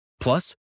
Plus